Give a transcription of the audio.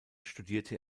studierte